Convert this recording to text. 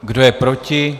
Kdo je proti?